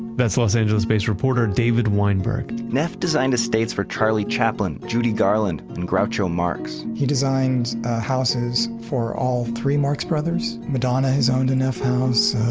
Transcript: that's los angeles based reporter david weinberg neff designed estates for charlie chaplin, judy garland, and groucho marx he designed houses for all three marx brothers. madonna has owned a neff house.